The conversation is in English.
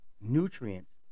nutrients